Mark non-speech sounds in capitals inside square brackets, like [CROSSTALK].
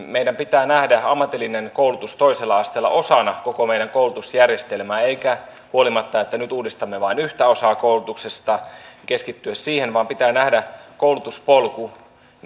[UNINTELLIGIBLE] meidän pitää nähdä ammatillinen koulutus toisella asteella osana koko meidän koulutusjärjestelmäämme eikä huolimatta siitä että nyt uudistamme vain yhtä osaa koulutuksesta keskittyä siihen vaan pitää nähdä koulutuspolku